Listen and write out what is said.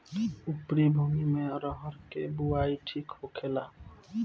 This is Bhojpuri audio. उपरी भूमी में अरहर के बुआई ठीक होखेला?